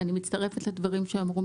ואני מצטרפת לדברים שאמרו.